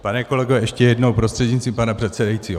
Pane kolego, ještě jednou prostřednictvím pana předsedajícího.